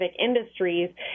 industries